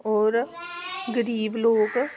होर गरीब लोक